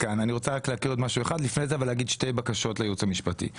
משהו אחד ולבקש שתי בקשות מהייעוץ המשפטי.